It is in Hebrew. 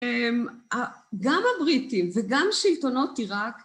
גם הבריטים וגם שלטונות עיראק